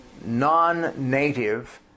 non-native